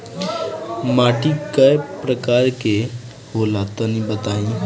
माटी कै प्रकार के होला तनि बताई?